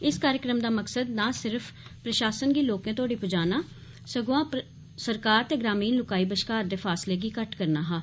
इस कार्यक्रम दा मकसद ना सिर्फ प्रशासन गी लोकें दी पहुंच तोड़ी पजाना सगुआं सरकार ते ग्रामीण लुकाई बश्कार दे फासले बी घट्ट करना हा